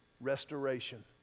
restoration